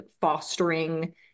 fostering